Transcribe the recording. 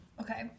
Okay